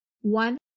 one